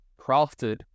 crafted